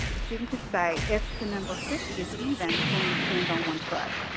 a student could say, if the number fifty is even, then you stand on one foot.